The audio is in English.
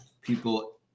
people